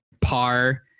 par